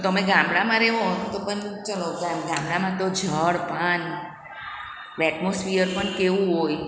તો તમે ગામડામાં રહો તો પણ ચલો ગામડામાં તો જળ પાન એટમોસ્ફિયર પણ કેવું હોય